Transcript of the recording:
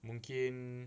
mungkin